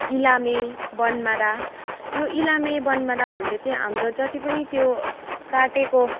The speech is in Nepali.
इलामे बनमारा यो इलामे बनमाराहरूले चाहिँ हाम्रो जतिपनि त्यो काटेको